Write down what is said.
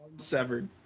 Severed